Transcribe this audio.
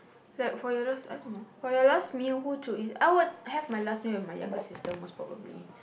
like for your last I don't know for your last meal who to eat I would have my last meal with my younger sister most probably